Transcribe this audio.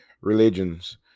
religions